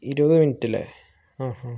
ഇരുപത് മിനിറ്റ്ല്ല അ അ